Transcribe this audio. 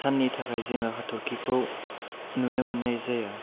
साननि थाखाय जोङो हाथरखिखौ नुनो मोननाय जाया